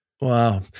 Wow